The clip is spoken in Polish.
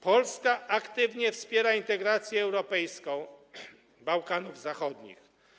Polska aktywnie wspiera integrację europejską Bałkanów Zachodnich.